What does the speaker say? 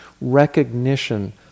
recognition